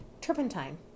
turpentine